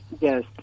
Yes